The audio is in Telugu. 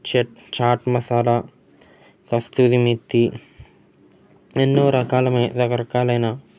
చెట్ చాట్ మసాలా కస్తూరి మెత్తి ఎన్నో రకాలమై రకరకాలైన